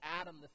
Adam